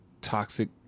toxic